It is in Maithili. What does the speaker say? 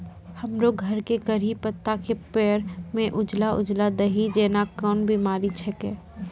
हमरो घर के कढ़ी पत्ता के पेड़ म उजला उजला दही जेना कोन बिमारी छेकै?